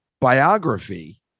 biography